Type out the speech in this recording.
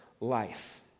life